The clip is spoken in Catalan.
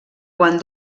quan